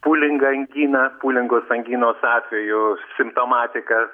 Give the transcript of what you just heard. pūlinga angina pūlingos anginos atveju simptomatika